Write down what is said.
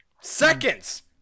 Seconds